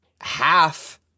half